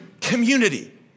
community